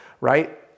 right